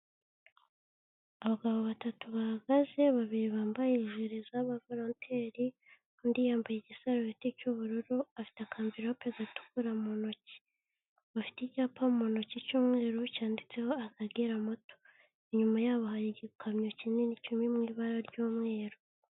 Abagabo batatu bahagaze, babiri bambaye ingove zabavoroteri, undi yambaye igisarubeti cy'ubururu, afite akamvirope gatukura mu ntoki, bafite icyapa mu ntoki cy'umweru, cyanditseho Akagera moto, inyuma yabo hari igikamyo kinini, kiri mu ibara ry'umweru.